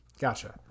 Gotcha